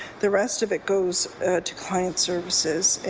the rest of it goes to client services,